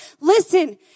Listen